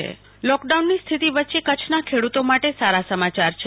કુલ્પના શાહ કચ્છના ખેડૂત લોકડાઉનની સ્થિતિ વચ્ચે કચ્છના ખેડૂતો માટે સારા સમાચાર છે